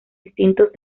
distintos